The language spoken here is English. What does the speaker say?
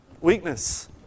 Weakness